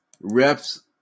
reps